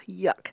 yuck